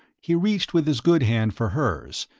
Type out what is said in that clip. he reached with his good hand for hers,